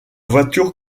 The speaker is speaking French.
voiture